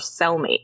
cellmate